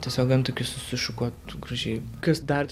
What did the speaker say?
tiesiog antakius susišukuot gražiai kas dar